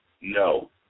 no